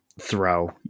throw